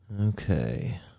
Okay